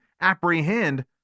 apprehend